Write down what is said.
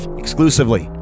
exclusively